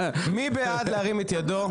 ירים את ידו?